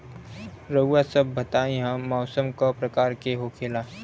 रउआ सभ बताई मौसम क प्रकार के होखेला?